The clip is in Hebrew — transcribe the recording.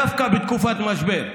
דווקא בתקופות משבר,